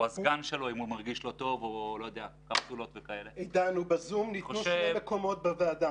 הוא נמצא בזה שזו חבילה שלמה.